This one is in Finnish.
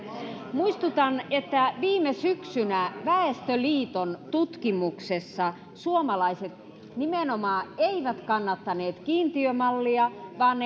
muistutan että viime syksynä väestöliiton tutkimuksessa suomalaiset nimenomaan eivät kannattaneet kiintiömallia vaan